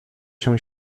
się